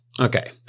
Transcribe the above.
Okay